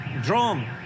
drone